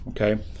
okay